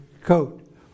coat